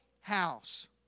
house